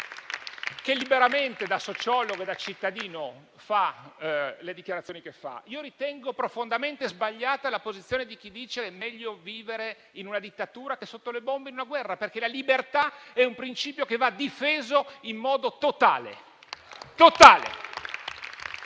che liberamente, da sociologo e da cittadino, fa le dichiarazioni che ritiene. Ritengo profondamente sbagliata la posizione di chi dice che è meglio vivere in una dittatura che sotto le bombe in una guerra, perché la libertà è un principio che va difeso in modo totale.